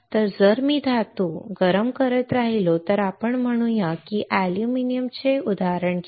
तर जर मी धातू गरम करत राहिलो तर आपण म्हणूया की अॅल्युमिनियमचे उदाहरण घेऊ